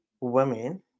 women